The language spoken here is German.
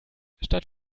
statt